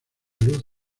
luz